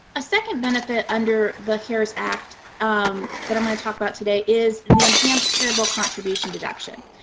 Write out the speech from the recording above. a second benefit under the cares act um that i'm going to talk about today is the enhanced charitable contribution deduction.